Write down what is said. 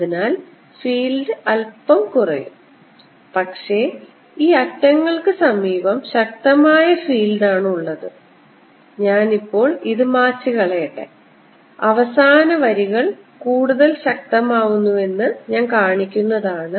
അതിനാൽ ഫീൽഡ് അല്പം കുറയും പക്ഷേ അറ്റങ്ങൾക്ക് സമീപം ശക്തമായ ഫീൽഡ് ആണുള്ളത് ഞാൻ ഇപ്പോൾ ഇത് മായ്ച്ചുകളയട്ടെ അവസാന വരികൾ കൂടുതൽ ശക്തമാകുമെന്ന് ഞാൻ കാണിക്കുന്നതാണ്